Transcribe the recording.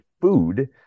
food